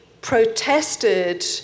protested